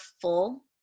full